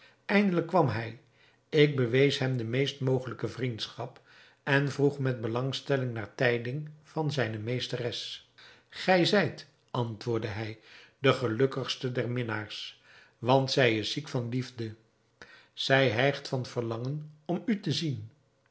eindelijk kwam hij ik bewees hem de meest mogelijke vriendschap en vroeg met belangstelling naar tijding van zijne meesteres gij zijt antwoordde hij de gelukkigste der minnaars want zij is ziek van liefde zij hijgt van verlangen om u te zien